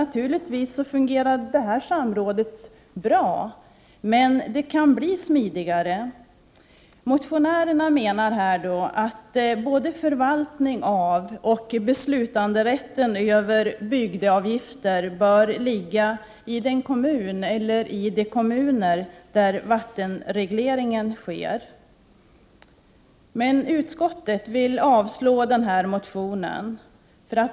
Naturligtvis fungerar detta samråd bra, men det kan bli smidigare. Motionärerna menar att både förvaltning av och beslutanderätt över bygdeavgifterna bör finnas i den kommun eller i de kommuner där vattenregleringen sker. Men utskottet vill avstyrka denna motion.